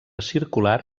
circular